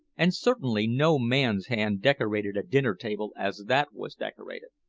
and certainly no man's hand decorated a dinner table as that was decorated.